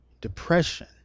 depression